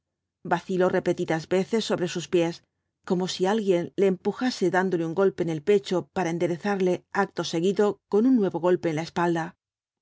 vaciló repetidas veces sobre sus pies como si alguien le empujase dándole un golpe en el pecho para enderezarle acto seguido con un nuevo golpe en la espalda